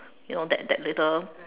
you know that that little